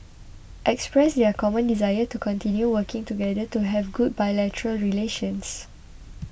expressed their common desire to continue working together to have good bilateral relations